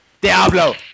Diablo